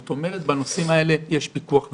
זאת אומרת שבנושאים האלה יש פיקוח ובקרה,